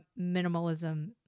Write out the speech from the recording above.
minimalism